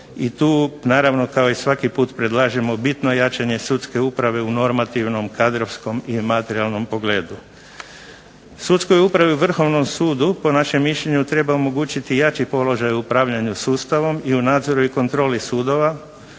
I tu naravno kao i svaki put predlažemo bitno jačanje sudske uprave u normativnom, kadrovskom i materijalnom pogledu. Sudskoj upravi i Vrhovnom sudu po našem mišljenju treba omogućiti jači položaj u upravljanju sustavom i u nadzoru i kontroli sudova,